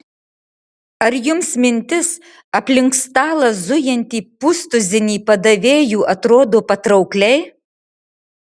ar jums mintis apie aplink stalą zujantį pustuzinį padavėjų atrodo patraukliai